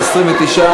התשע"ד 2014,